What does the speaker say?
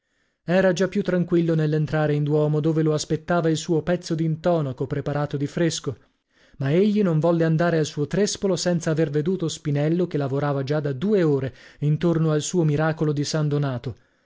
era già più tranquillo nell'entrare in duomo dove lo aspettava il suo pezzo d'intonaco preparato di fresco ma egli non volle andare al suo trespolo senza aver veduto spinello che lavorava già da due ore intorno al suo miracolo di san donato